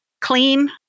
clean